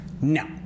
No